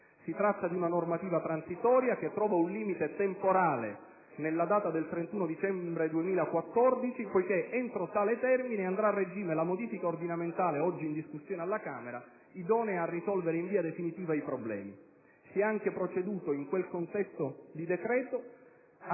Si tratta di una normativa transitoria che trova un limite temporale nella data del 31 dicembre 2014, poiché entro tale termine andrà a regime la modifica ordinamentale oggi in discussione alla Camera, idonea a risolvere in via definitiva il problema. Si è anche proceduto, in quel contesto di decreto, ad